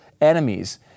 enemies